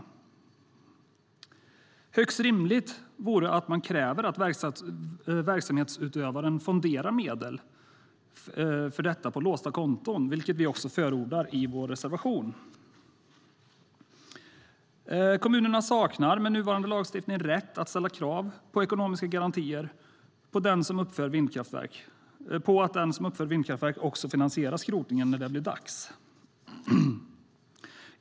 Det vore högst rimligt att man kräver att verksamhetsutövaren fonderar medel för detta på låsta konton, vilket vi också förordar i vår reservation. Kommunerna saknar med nuvarande lagstiftning rätt att ställa krav på ekonomiska garantier på att den som uppför vindkraftverk också finansierar skrotningen när det blir dags.